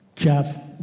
Jeff